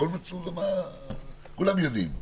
כולם יודעים.